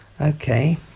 okay